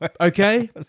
Okay